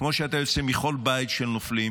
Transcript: כמו שאתה יוצא מכל בית של נופלים